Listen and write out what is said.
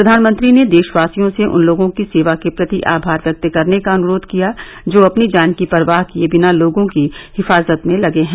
प्रधानमंत्री ने देशवासियों से उन लोगों की सेवा के प्रति आभार व्यक्त करने का अनुरोध किया जो अपनी जान की परवाह किए बिना लोगों की हिफाजत में लगे हैं